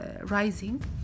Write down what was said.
rising